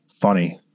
Funny